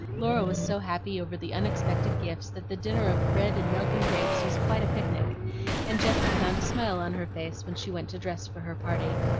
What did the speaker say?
laura was so happy over the unexpected gifts that the dinner of bread and milk and grapes was quite a picnic and jessie found a smile on her face when she went to dress for her party.